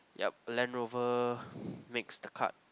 yeap Land Rover makes the cut